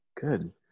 Good